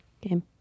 game